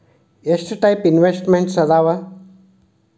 ಎಷ್ಟ types investments ಅದಾವ